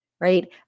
right